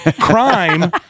Crime